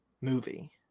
movie